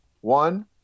One